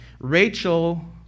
Rachel